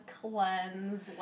cleanse